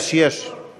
יש, יש.